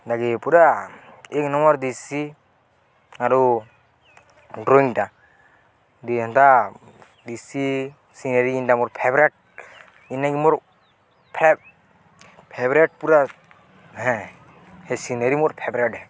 ପୁରା ଏକ ନମ୍ବର ଦିସି ଆରୁ ଡ୍ରଇଂଟା ଦି ହେନ୍ତା ଦିସି ସିନେରୀ ଯେନ୍ଟା ମୋ ଫେଭରେଟ ନ୍ ନକି ମୋ ଫେଭରେଟ୍ ପୁରା ହେଁ ହେ ସିନେରୀ ମୋର ଫେଭରେଟ୍ ହେଁ